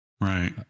Right